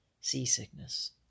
seasickness